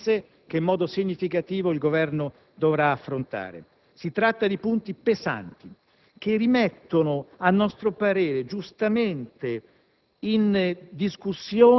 delle emergenze che in modo significativo il Governo dovrà affrontare. Si tratta di punti pesanti che rimettono, a nostro parere giustamente,